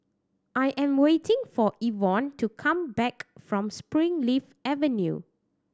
I am waiting for Evon to come back from Springleaf Avenue